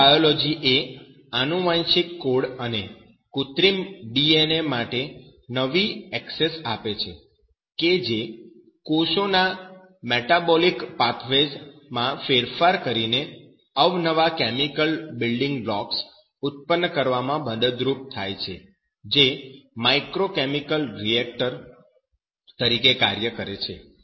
કૃત્રિમ બાયોલોજી એ આનુવંશિક કોડ અને કૃત્રિમ DNA માટે નવી એક્સેસ આપે છે કે જે કોષોના મેટાબોલિક પાથવેઝ માં ફેરફાર કરીને અવનવા કેમિકલ બિલ્ડિંગ બ્લોક્સ ઉત્પન્ન કરવામાં મદદરૂપ થાય છે જે માઈક્રોકેમિકલ રિએક્ટર તરીકે કાર્ય કરે છે